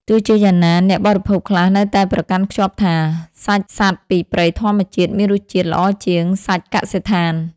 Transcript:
ទោះជាយ៉ាងណា អ្នកបរិភោគខ្លះនៅតែប្រកាន់ខ្ជាប់ថា សាច់សត្វពីព្រៃធម្មជាតិមានរសជាតិល្អជាងសាច់កសិដ្ឋាន។